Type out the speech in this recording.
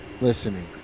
listening